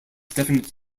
definite